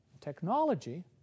Technology